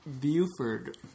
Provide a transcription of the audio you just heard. Buford